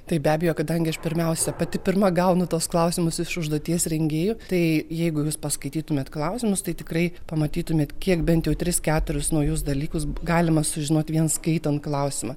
taip be abejo kadangi aš pirmiausia pati pirma gaunu tuos klausimus iš užduoties rengėjų tai jeigu jūs paskaitytumėt klausimus tai tikrai pamatytumėt kiek bent jau tris keturis naujus dalykus galima sužinoti vien skaitant klausimą